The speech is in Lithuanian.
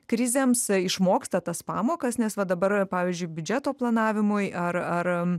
krizėms išmoksta tas pamokas nes va dabar pavyzdžiui biudžeto planavimui ar ar